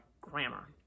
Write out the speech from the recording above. grammar